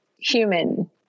human